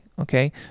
okay